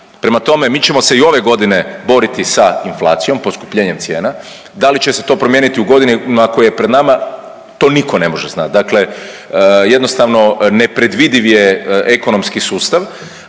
Prema tome, mi ćemo se i ove godine boriti sa inflacijom, poskupljenjem cijena. Da li će se to promijeniti u godinama koje je pred nama to niko ne može znat. Dakle jednostavno nepredvidiv je ekonomski sustav,